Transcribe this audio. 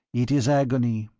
it is agony.